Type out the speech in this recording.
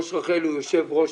ראש רח"ל הוא יושב ראש